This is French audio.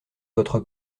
votre